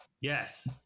Yes